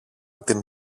την